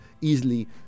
easily